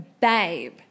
babe